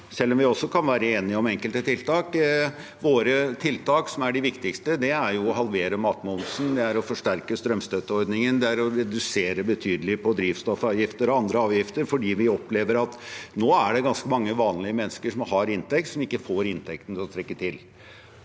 selv om vi også kan være enige om enkelte tiltak. Våre viktigste tiltak er å halvere matmomsen. Det er å forsterke strømstøtteordningen, og det er å redusere betydelig på drivstoffavgifter og andre avgifter, fordi vi opplever at nå er det ganske mange vanlige mennesker som har inntekt, men som ikke får inntekten til å strekke til.